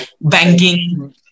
Banking